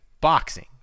boxing